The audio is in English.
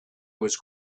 was